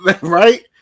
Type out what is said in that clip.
Right